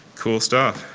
cool stuff.